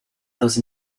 those